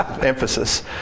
emphasis